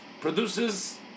Produces